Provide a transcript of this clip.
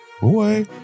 Boy